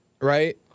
right